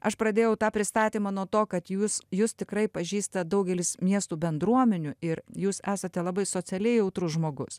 aš pradėjau tą pristatymą nuo to kad jūs jus tikrai pažįsta daugelis miestų bendruomenių ir jūs esate labai socialiai jautrus žmogus